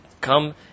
come